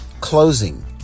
closing